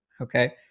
Okay